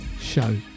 show